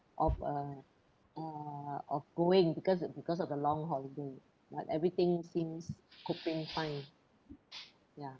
of uh uh of going because it because of the long holiday but everything seems coping fine ya